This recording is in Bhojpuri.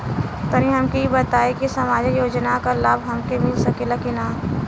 तनि हमके इ बताईं की सामाजिक योजना क लाभ हमके मिल सकेला की ना?